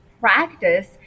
practice